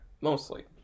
mostly